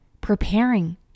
preparing